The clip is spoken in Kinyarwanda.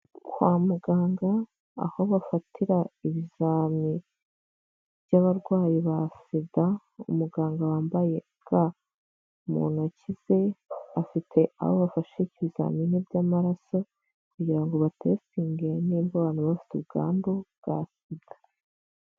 Kwa muganga aho bafatira ibizami by'abarwayi ba SIDA, umuganga wambaye ga mu ntoki ze, afite aho bafashe ibizamini by'amaraso kugira ngo batesitinga nimba baba bafite ubwandu bwa sida.